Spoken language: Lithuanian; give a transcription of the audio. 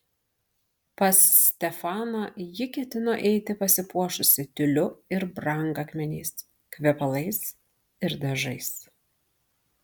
pas stefaną ji ketino eiti pasipuošusi tiuliu ir brangakmeniais kvepalais ir dažais